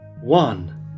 one